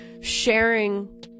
sharing